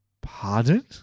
Pardon